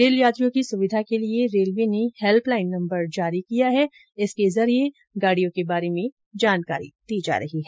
rail यात्रियों की सुविधा के लिये रेलवे ने हैल्पलाईन नम्बर जारी कर दिया है जिसके जरिये गाडियों के बारे में जानकारी दी जा रही है